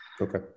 Okay